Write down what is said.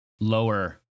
lower